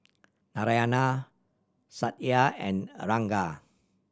Narayana Satya and Ranga